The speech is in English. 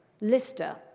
lister